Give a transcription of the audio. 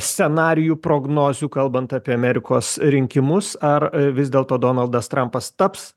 scenarijų prognozių kalbant apie amerikos rinkimus ar vis dėlto donaldas trampas taps